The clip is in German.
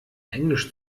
englisch